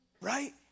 Right